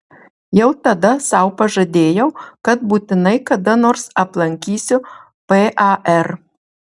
jau tada sau pažadėjau kad būtinai kada nors aplankysiu par